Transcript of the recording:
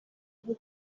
aho